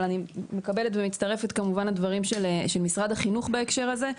אבל אני כמובן מקבלת ומצטרפת לדברים של משרד החינוך בהקשר הזה.